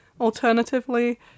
alternatively